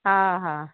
हा हा